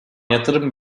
yatırım